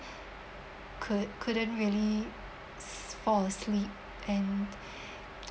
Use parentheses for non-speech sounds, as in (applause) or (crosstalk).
could~ couldn't really s~ fall asleep and (breath) (noise)